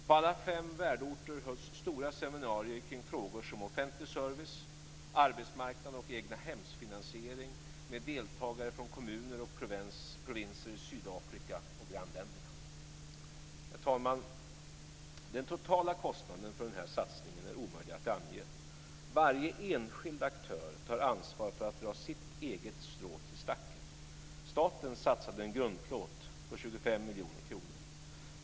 På alla fem vänorter hölls stora seminarier kring frågor som offentlig service, arbetsmarknad och egnahemsfinansiering med deltagare från kommuner och provinser i Sydafrika och grannländerna. Herr talman! Den totala kostnaden för satsningen är omöjlig att ange. Varje enskild aktör tar ansvar för att dra sitt eget strå till stacken. Staten satsade en grundplåt på 25 miljoner kronor.